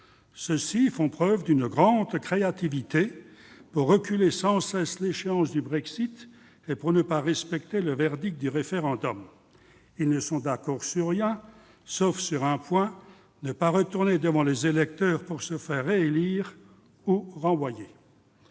Ceux-ci font preuve d'une grande créativité pour reculer sans cesse l'échéance du Brexit et pour ne pas respecter le verdict du référendum. Ils ne sont d'accord sur rien, sauf sur le fait de ne pas retourner devant les électeurs ... pour ne pas se faire renvoyer.